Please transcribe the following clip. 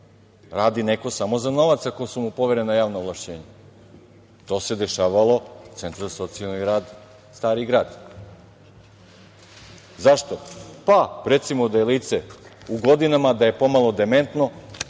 radi neko samo za novac ako su mu poverena javna ovlašćenja. To se dešavalo u Centru za socijalni rad Stari grad. Zašto? Pa, recimo da je lice u godinama, da je pomalo dementno,